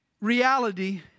reality